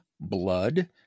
blood